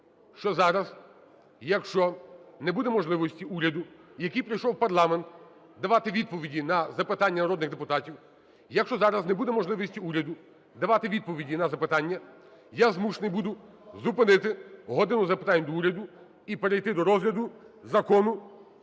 що зараз, якщо не буде можливості уряду, який прийшов у парламент, давати відповіді на запитання народних депутатів, якщо зараз не буде можливості уряду давати відповіді на запитання, я змушений буду зупинити "годину запитань до Уряду" і перейти до розгляду Закону